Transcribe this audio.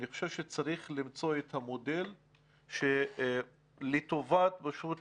אני חושב שצריך למצוא את המודל שלטובת פשוט